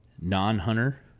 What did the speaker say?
non-hunter